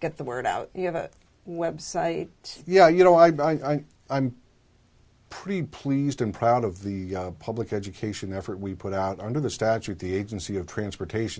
get the word out you have a website yeah you know i i'm pretty pleased and proud of the public education effort we put out under the statute the agency of transportation